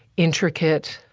intricate.